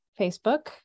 facebook